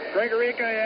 Gregorica